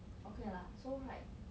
okay lah so right